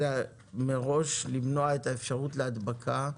על ידי הבדיקה למנוע מראש את האפשרות להדבקה.